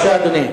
בבקשה, אדוני.